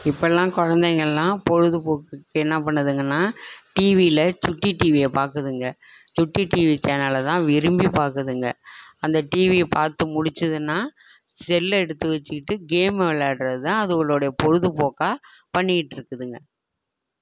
இப்போல்லாம் குழந்தைங்கள்லாம் பொழுதுபோக்குக்கு என்ன பண்ணுதுங்கன்னால் டிவியில் சுட்டி டிவியை பார்க்குதுங்க சுட்டி டிவி சேனலை தான் விரும்பி பார்க்குதுங்க அந்த டிவியை பார்த்து முடிச்சுதுன்னா செல்லை எடுத்து வச்சுகிட்டு கேமை விளையாடுவது தான் அதுங்களோடைய பொழுதுபோக்காக பண்ணிகிட்டிருக்குதுங்க